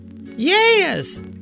Yes